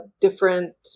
different